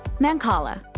mancala.